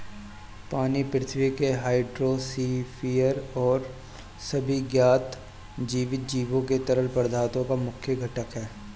पानी पृथ्वी के हाइड्रोस्फीयर और सभी ज्ञात जीवित जीवों के तरल पदार्थों का मुख्य घटक है